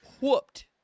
whooped